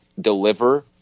deliver